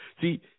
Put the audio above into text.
See